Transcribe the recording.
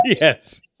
Yes